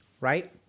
Right